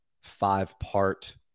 five-part –